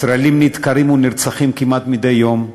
ישראלים נדקרים ונרצחים כמעט מדי יום,